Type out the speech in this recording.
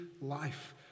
life